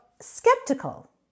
skeptical